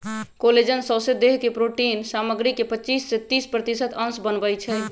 collagen सौसे देह के प्रोटिन सामग्री के पचिस से तीस प्रतिशत अंश बनबइ छइ